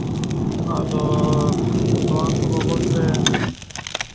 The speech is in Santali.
ᱟᱫᱚ ᱱᱚᱣᱟ ᱠᱚ ᱵᱟᱵᱚᱫᱛᱮ